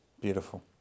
Beautiful